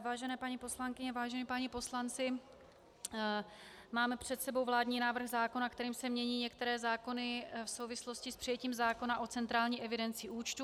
Vážené paní poslankyně, vážení páni poslanci, máme před sebou vládní návrh zákona, kterým se mění některé zákony v souvislosti s přijetím zákona o centrální evidenci účtů.